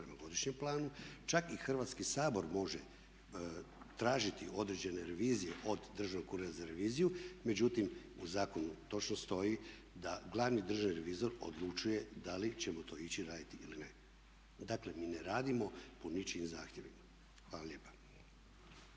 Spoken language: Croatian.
Čak i Hrvatski sabor može tražiti određene revizije od Državnog ureda za reviziju, međutim u zakonu točno stoji da glavni državni revizor odlučuje da li ćemo to ići raditi ili ne. Dakle, mi ne radimo po ničijim zahtjevima. Hvala lijepa.